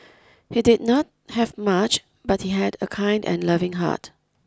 he did not have much but he had a kind and loving heart